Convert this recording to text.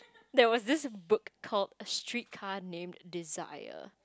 there was this book called a Street Car Named Desire